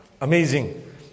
Amazing